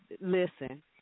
listen